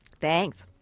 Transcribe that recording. Thanks